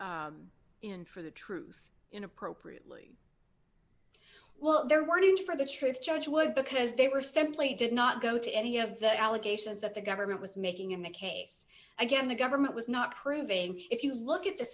they in for the truth in appropriately well there weren't for the truth judge would because they were simply did not go to any of the allegations that the government was making in that case again the government was not proving if you look at the